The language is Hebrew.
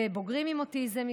בבוגרים עם אוטיזם,